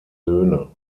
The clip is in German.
söhne